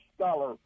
scholar